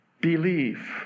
Believe